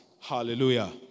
Hallelujah